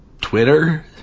Twitter